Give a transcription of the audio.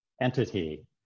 entity